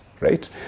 right